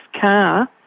car